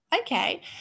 okay